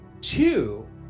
Two